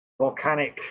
volcanic